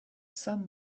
some